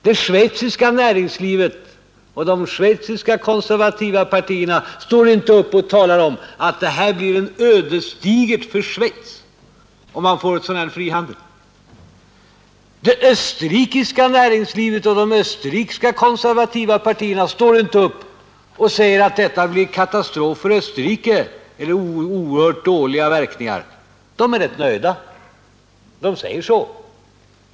Det schweiziska näringslivet och de schweiziska konservativa partierna står inte upp och talar om att det blir ödesdigert för Schweiz, om man får en sådan här frihandel. Det österrikiska näringslivet och de österrikiska konservativa partierna står inte upp och säger att detta blir en katastrof för Österrike eller får oerhört dåliga verkningar för Österrike. De är rätt nöjda, säger de.